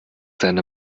seine